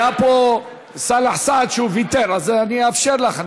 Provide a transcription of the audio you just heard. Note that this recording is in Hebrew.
היה פה סאלח סעד, שהוא ויתר, אז אני אאפשר לך.